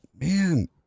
man